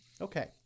okay